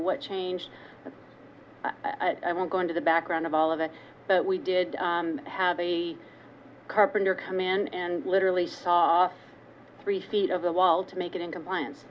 what changed and i won't go into the background of all of it but we did have a carpenter come in and literally three feet of the wall to make it in compliance